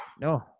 No